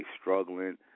struggling